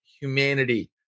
humanity